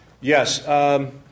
Yes